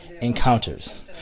encounters